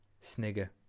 Snigger